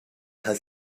her